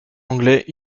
anglais